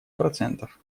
процентов